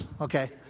Okay